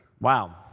Wow